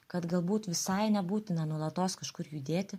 kad galbūt visai nebūtina nuolatos kažkur judėti